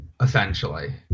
essentially